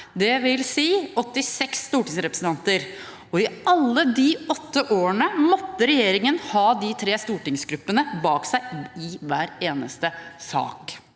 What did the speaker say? seg, dvs. 86 stortingsrepresentanter. Og i alle de åtte årene måtte regjeringen ha de tre stortingsgruppene bak seg i hver eneste sak.